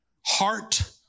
heart